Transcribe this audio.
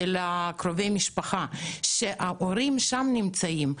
קרובי המשפחה שלהם וההורים שלהם נמצאים שם.